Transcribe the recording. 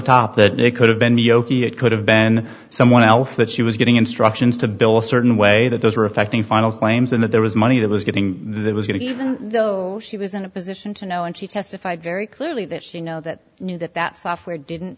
top that it could have been yogi it could have been someone else that she was getting instructions to bill a certain way that those were affecting final claims and that there was money that was getting there was getting even though she was in a position to know and she testified very clearly that she know that you knew that that software didn't